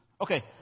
Okay